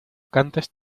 cantes